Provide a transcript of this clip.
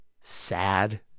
sad